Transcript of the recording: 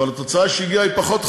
אבל התוצאה שהגיעה היא פחות חמורה.